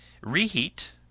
reheat